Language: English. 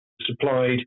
supplied